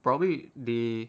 probably they